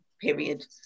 period